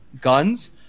Guns